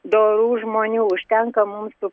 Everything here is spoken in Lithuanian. dorų žmonių užtenka mūsų